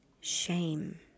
shame